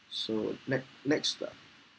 so next next up